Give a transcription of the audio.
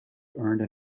earned